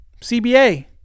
CBA